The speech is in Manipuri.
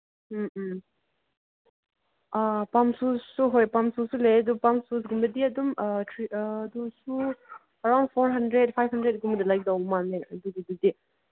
ꯎꯝ ꯎꯝ ꯑꯥ ꯄꯝ ꯁꯨꯁꯁꯨ ꯍꯣꯏ ꯄꯝ ꯁꯨꯁꯁꯨ ꯂꯩꯌꯦ ꯑꯗꯨ ꯄꯝ ꯁꯨꯁꯁꯨꯀꯨꯝꯕꯗꯤ ꯑꯗꯨꯝ ꯑꯗꯨꯁꯨ ꯑꯦꯔꯥꯎꯟ ꯐꯣꯔ ꯍꯟꯗ꯭ꯔꯦꯗ ꯐꯥꯏꯚ ꯍꯟꯗ꯭ꯔꯦꯗꯒꯨꯝꯕꯗ ꯂꯩꯗꯣꯏ ꯃꯥꯜꯂꯦ ꯑꯗꯨꯒꯤꯗꯨꯗꯤ